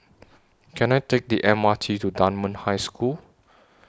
Can I Take The M R T to Dunman High School